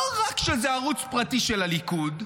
לא רק שזה ערוץ פרטי של הליכוד,